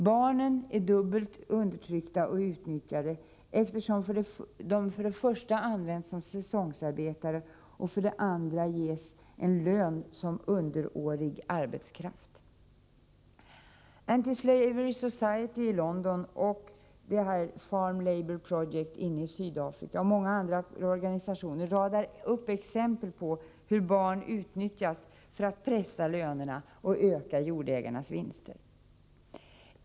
Barnen är dubbelt undertryckta och utnyttjade, eftersom de för det första används som säsongsarbetare och för det andra ges en lön som ”underårig arbetskraft”. Anti-Slavery Society i London och Farm Labour Project i Sydafrika och många andra organisationer radar upp exempel på hur barn utnyttjas för att pressa lönerna och öka jordägarnas vinster.